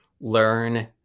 learn